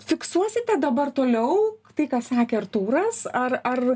fiksuosite dabar toliau tai ką sakė artūras ar ar